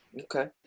Okay